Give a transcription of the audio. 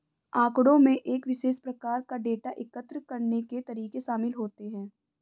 आँकड़ों में एक विशेष प्रकार का डेटा एकत्र करने के तरीके शामिल होते हैं